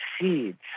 Seeds